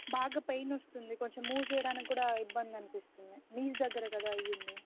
బాగా పెయిన్ వస్తుంది కొంచెం మూవ్ చేయడానికి కూడా ఇబ్బంది అనిపిస్తున్నాయి నీస్ దగ్గర కదా అయింది